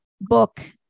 book